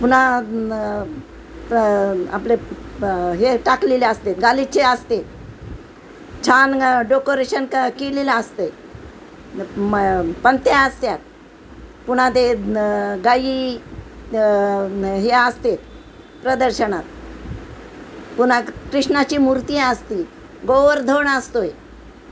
पुन्हा आपले हे टाकलेले असते गालीचे असते छान डेकोरेशन क केलेलं असते मग पणत्या असत्यात पुन्हा ते गाई हे असतात प्रदर्शनात पुन्हा कृष्णाची मूर्ती असती गोवरधोण असतो आहे